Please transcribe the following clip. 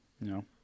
No